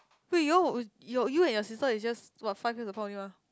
wait you all you and your sister is just about five years apart only mah